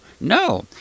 no